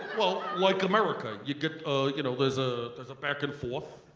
well, like america you could you know there's a there's a back and forth.